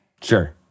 Sure